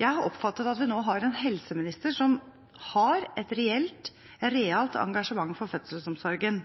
Jeg har oppfattet at vi nå har en helseminister som har et reelt engasjement for fødselsomsorgen.